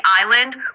island